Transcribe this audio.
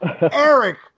Eric